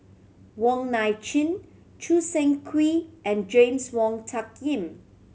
Wong Nai Chin Choo Seng Quee and James Wong Tuck Yim